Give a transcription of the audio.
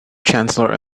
chancellor